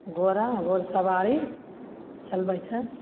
घोड़ा घोड़सवारी चलबै छै